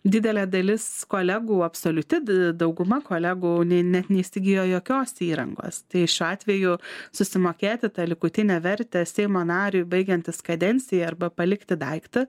didelė dalis kolegų absoliuti dauguma kolegų nė net neįsigijo jokios įrangos tai šiuo atveju susimokėti tą likutinę vertę seimo nariui baigiantis kadencijai arba palikti daiktą